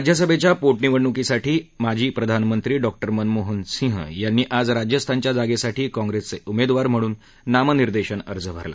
राज्यसभेच्या पोटनिवडणूकीसाठी माजी प्रधानमंत्री डॉक्टर मनमोहन सिंह यांनी आज राजस्थानच्या जागेसाठी काँग्रेसचे उमेदवार म्हणून नामनिर्देशन अर्ज भरला